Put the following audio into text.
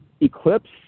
eclipse